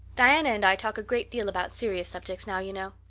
diana and i talk a great deal about serious subjects now, you know.